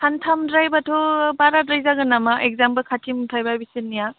सानथामद्रायबाथ' बाराद्राय जागोन नामा एक्जामबो खाथि मोनफैबाय बिसोरनिया